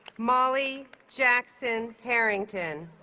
molly jackson harrington